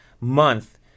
month